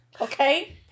Okay